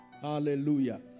Hallelujah